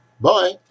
Bye